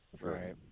Right